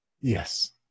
yes